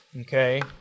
Okay